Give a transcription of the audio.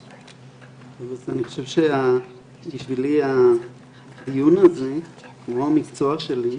אני חושב שבשבילי הדיון הזה המקצוע שלי,